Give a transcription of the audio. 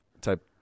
type